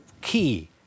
key